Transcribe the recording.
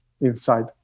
inside